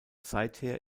seither